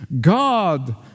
God